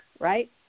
right